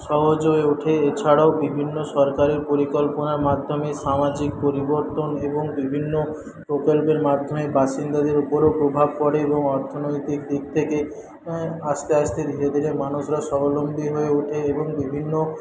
সহজ হয়ে ওঠে এছাড়াও বিভিন্ন সরকারের পরিকল্পনার মাধ্যমে সামাজিক পরিবর্তন এবং বিভিন্ন প্রকল্পের মাধ্যমে বাসিন্দাদের ওপরেও প্রভাব পরে এবং অর্থনৈতিক দিক থেকে আস্তে আস্তে ধীরে ধীরে মানুষরা স্বাবলম্বী হয়ে ওঠে এবং বিভিন্ন